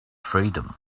freedom